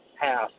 half